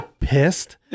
pissed